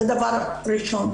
זה דבר ראשון.